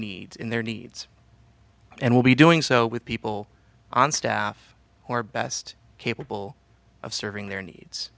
need in their needs and will be doing so with people on staff or best capable of serving their needs